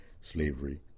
slavery